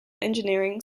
engineering